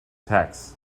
tax